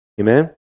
Amen